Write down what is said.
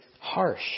harsh